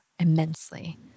immensely